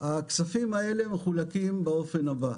הכספים האלה מחולקים באופן הבא: